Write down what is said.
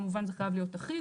כמובן זה חייב להיות אחיד,